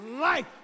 life